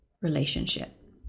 relationship